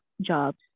jobs